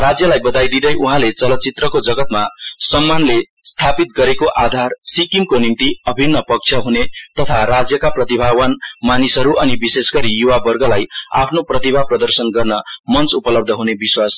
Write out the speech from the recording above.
राज्यलाई बधाई दिँदै उहाँले चलचित्रको जगतमा सम्मानले स्थापित गरेको आधार सिक्किमको निम्ति अभिन्न पक्ष हने तथा राज्यका प्रतिभावान मानिसहरू अनि विशेषगरी य्वा वर्गलाई आफ्नो प्रतिभा प्रदर्शन गर्न मञ्च उपलब्ध ह्ने विश्वास व्यक्त गर्नुभएको छ